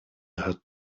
hat